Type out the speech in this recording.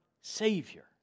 Savior